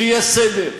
שיהיה סדר,